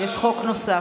יש חוק נוסף.